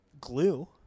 glue